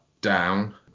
down